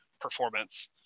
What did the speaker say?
performance